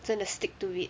真的 stick to it